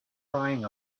crying